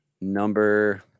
number